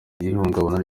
n’ihungabana